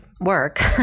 work